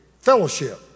fellowship